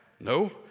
no